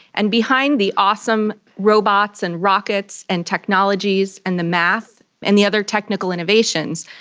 and behind the awesome robots and rockets and technologies and the maths and the other technical innovations,